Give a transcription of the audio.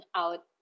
out